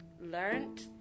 learned